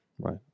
Right